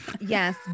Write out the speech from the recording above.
Yes